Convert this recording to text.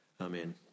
Amen